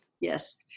Yes